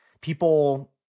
people